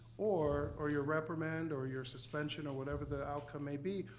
or or your reprimand or your suspension or whatever the outcome may be.